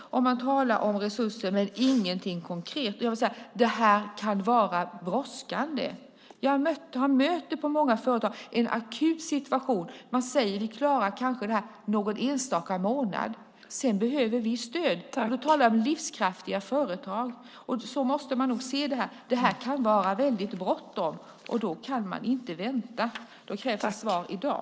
Man talar om resurser, men det står ingenting konkret. Det här kan vara brådskande. På många företag möter jag en akut situation. Man säger att man kanske klarar detta någon enstaka månad. Sedan behöver man stöd. Då talar jag om livskraftiga företag. Så måste man nog se detta. Det kan vara väldigt bråttom, och då kan man inte vänta. Då krävs det svar i dag.